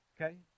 okay